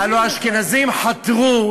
הלוא האשכנזים חתרו,